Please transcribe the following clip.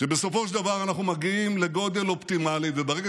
שבסופו של דבר אנחנו מגיעים לגודל אופטימלי.